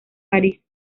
parís